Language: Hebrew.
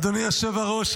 אדוני היושב-ראש,